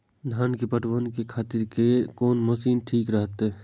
धान के पटवन के खातिर कोन मशीन ठीक रहते?